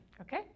Okay